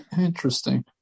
Interesting